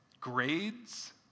grades